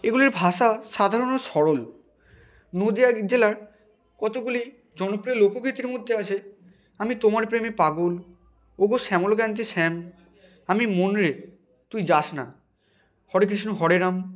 এগুলির ভাষা সাধারণ সরল নদীয়া জেলার কতোগুলি জনপ্রিয় লোকগীতির মধ্যে আছে